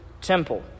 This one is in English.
temple